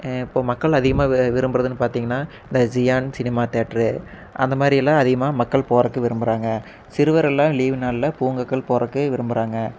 இப்போ மக்கள் அதிகமாக விரும்புறதுன்னு பார்த்திங்கன்னா இந்த சியான் சினிமா தேட்ரு அந்த மாதிரிலாம் அதிகமாக மக்கள் போகறக்கு விரும்புறாங்க சிறுவர் எல்லாம் லீவு நாளில் பூங்காக்கள் போகறக்கு விரும்புறாங்க